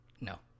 No